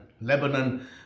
Lebanon